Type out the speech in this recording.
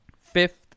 Fifth